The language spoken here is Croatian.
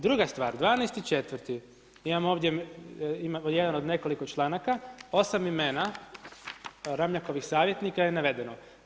Druga stvar, 12.4. imam ovdje jedan od nekoliko članaka, 8 imena Ramljakovih savjetnika je navedeno.